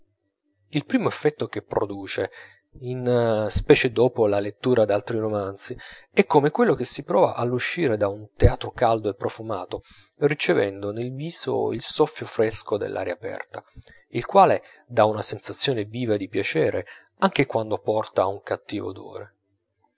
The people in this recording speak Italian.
il primo effetto che produce in specie dopo la lettura d'altri romanzi è come quello che si prova all'uscire da un teatro caldo e profumato ricevendo nel viso il soffio fresco dell'aria aperta il quale dà una sensazione viva di piacere anche quando porta un cattivo odore